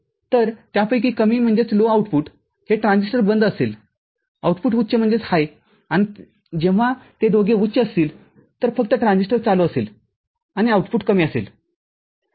तर त्यापैकी कमी आउटपुट हे ट्रान्झिस्टर बंद असेल आउटपुटउच्च आणि जेव्हा ते दोघे उच्च असतील तर फक्त ट्रान्झिस्टर चालू असेल आणि आउटपुट कमी असेल